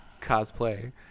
cosplay